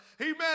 amen